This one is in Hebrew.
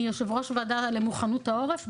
אני יושבת-ראש ועדה למוכנות העורף,